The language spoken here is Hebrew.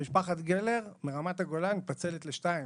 משפחת גלר מרמת הגולן מתפצלת לשניים.